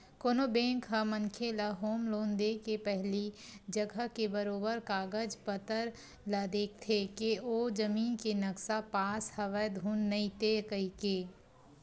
कोनो बेंक ह मनखे ल होम लोन देके पहिली जघा के बरोबर कागज पतर ल देखथे के ओ जमीन के नक्सा पास हवय धुन नइते कहिके